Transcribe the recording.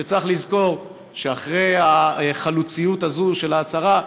וצריך לזכור שאחרי החלוציות הזו של ההצהרה,